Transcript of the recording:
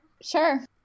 Sure